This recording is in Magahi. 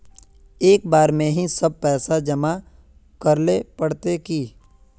एक बार में ही सब पैसा जमा करले पड़ते की?